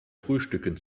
frühstücken